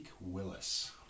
Willis